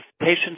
patients